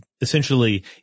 essentially